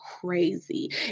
crazy